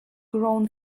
grown